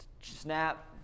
snap